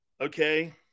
Okay